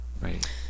Right